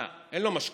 מה, אין לו משכנתה?